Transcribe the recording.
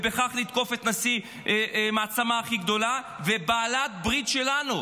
ובכך לתקוף את נשיא המעצמה הכי גדולה ובעלת הברית שלנו.